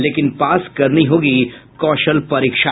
लेकिन पास करनी होगी कौशल परीक्षा